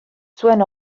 zuen